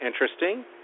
Interesting